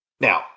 Now